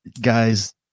guys